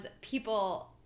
people